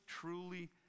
truly